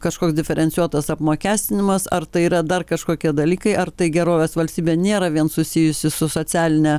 kažkoks diferencijuotas apmokestinimas ar tai yra dar kažkokie dalykai ar tai gerovės valstybė nėra vien susijusi su socialine